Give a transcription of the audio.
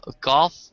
golf